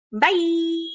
Bye